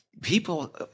people